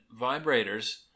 vibrators